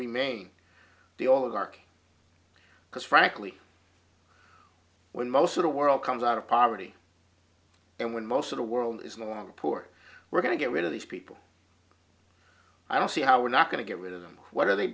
remain the all of arc because frankly when most of the world comes out of poverty and when most of the world is no longer poor we're going to get rid of these people i don't see how we're not going to get rid of them what are they